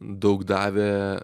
daug davė